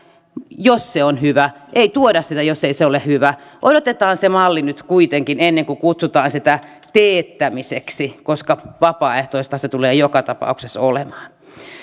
jos se on hyvä ei tuoda sitä jos ei se ole hyvä odotetaan se malli nyt kuitenkin ennen kuin kutsutaan sitä teettämiseksi koska vapaaehtoista se tulee joka tapauksessa olemaan